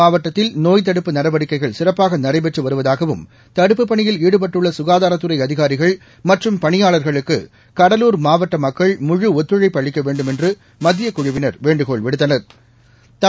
மாவட்டத்தில் நோய் தடுப்பு நடவடிக்கைகள் சிறப்பாக நடைபெற்று வருவதாகவும் தடுப்புப் பணியில் ஈடுபட்டுள்ள சுகாதாரத்துறை அதிகாரிகள் மற்றும் பணியாளர்களுக்கு கடலூர் மாவட்ட மக்கள் முழு ஒத்துழைப்பு அளிக்க வேண்டுமென்று மத்திய குழுவினா வேண்டுகோள் விடுத்தனா்